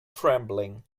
trembling